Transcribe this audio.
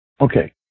Okay